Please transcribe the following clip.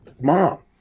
Mom